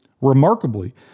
Remarkably